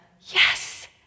Yes